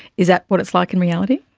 is that what it's like in reality?